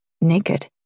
naked